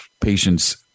patients